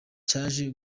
cyaje